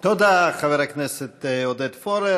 תודה, חבר הכנסת עודד פורר.